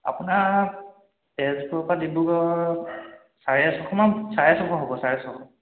আপোনাক তেজপুৰৰ পৰা ডিব্ৰুগড় চাৰে ছশ মান চাৰে ছশ হ'ব চাৰে ছশ